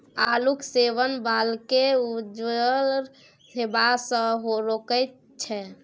आलूक सेवन बालकेँ उज्जर हेबासँ रोकैत छै